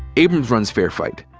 abrams runs fair fight,